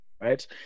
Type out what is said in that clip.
right